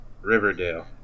Riverdale